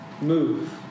Move